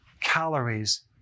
calories